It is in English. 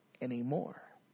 anymore